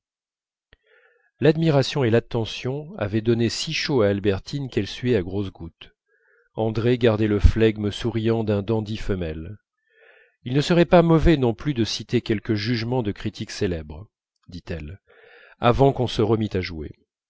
l'admiration et l'attention avaient donné si chaud à albertine qu'elle suait à grosses gouttes andrée gardait le flegme souriant d'un dandy femelle il ne serait pas mauvais non plus de citer quelques jugements des critiques célèbres dit-elle avant qu'on se remît à jouer